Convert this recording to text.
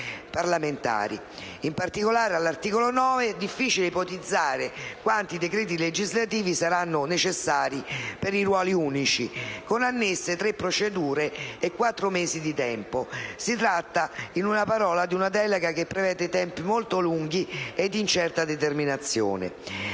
In particolare, all'articolo 9 è difficile ipotizzare quanti decreti legislativi saranno necessari per i ruoli unici, con annesse tre procedure e quattro mesi di tempo. Si tratta, in una parola, di una delega che prevede tempi molto lunghi e di incerta determinazione.